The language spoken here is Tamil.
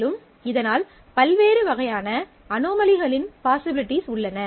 மேலும் இதனால் பல்வேறு வகையான அனோமலிகளின் பாசிபிலிட்டிஸ் உள்ளன